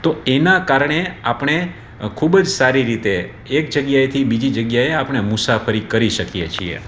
તો એના કારણે આપણે ખૂબ જ સારી રીતે એક જગ્યાએથી બીજી જગ્યાએ આપણે મુસાફરી કરી શકીએ છીએ